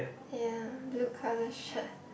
ya blue colour shirt